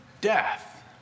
death